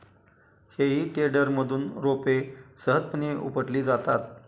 हेई टेडरमधून रोपे सहजपणे उपटली जातात